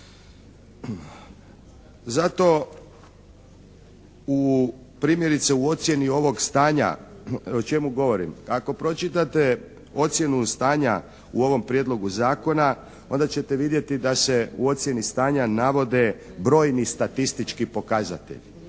Zato u primjerice u ocjeni ovog stanja. O čemu govorim? Ako pročitate ocjenu stanja u ovom prijedlogu zakona onda ćete vidjeti da se u ocjeni stanja navode brojni statistički pokazatelji.